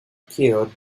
killed